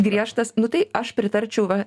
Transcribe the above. griežtas nu tai aš pritarčiau va